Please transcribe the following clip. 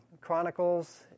Chronicles